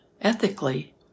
ethically